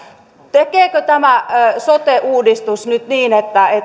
tekeekö tämä sote uudistus nyt sen että